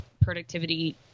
productivity